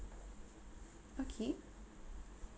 okay